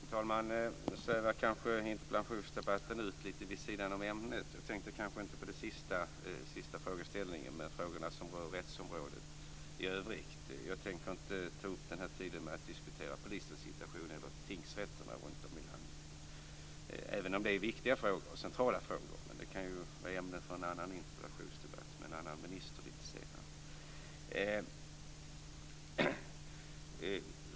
Fru talman! Interpellationsdebatten svävade kanske ut lite vid sidan om ämnet. Jag tänkte då kanske inte på den sista frågeställningen men på frågorna som rör rättsområdet i övrigt. Jag tänker inte ta upp tiden nu med att diskutera polisens situation eller tingsrätterna runtom i landet även om det är viktiga och centrala frågor. Men de kan ju vara ämnen för en annan interpellationsdebatt med en annan minister lite senare.